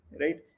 right